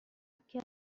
لکه